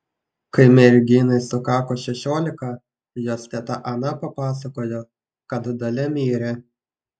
kai merginai sukako šešiolika jos teta ana papasakojo kad dalia mirė